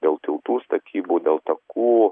dėl tiltų statybų dėl takų